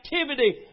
activity